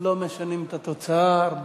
לא משנים את התוצאה.